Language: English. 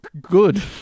Good